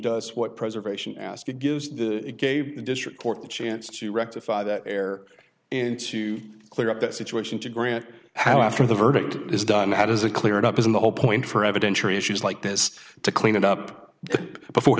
does what preservation ask it gives it gave the district court the chance to rectify that air and to clear up that situation to grant how after the verdict is done how does it clear it up isn't the whole point for evidentiary issues like this to clean it up before